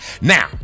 now